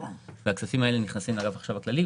הכספים האלה נכנסים לאגף החשב הכללי,